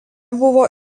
buvo